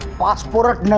passport